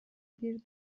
bir